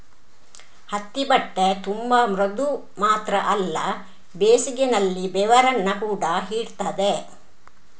ಹತ್ತಿ ಬಟ್ಟೆ ತುಂಬಾ ಮೃದು ಮಾತ್ರ ಅಲ್ಲ ಬೇಸಿಗೆನಲ್ಲಿ ಬೆವರನ್ನ ಕೂಡಾ ಹೀರ್ತದೆ